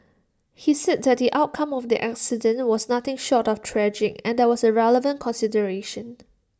he said that the outcome of the accident was nothing short of tragic and that was A relevant consideration